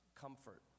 comfort